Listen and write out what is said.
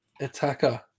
Attacker